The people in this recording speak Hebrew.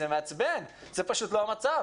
אבל זה מעצבן כי זה פשוט לא המצב.